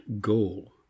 goal